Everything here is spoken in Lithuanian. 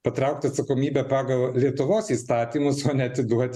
patraukt į atsakomybę pagal lietuvos įstatymus o ne atiduot